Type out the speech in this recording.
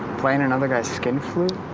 playing another guy's skin-flute?